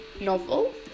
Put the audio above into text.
novel